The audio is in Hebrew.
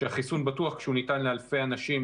שהחיסון בטוח כשהוא ניתן לאלפי אנשים,